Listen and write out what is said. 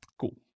Cool